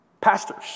Pastors